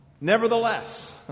Nevertheless